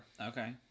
Okay